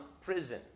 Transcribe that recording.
prison